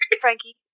Frankie